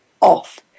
off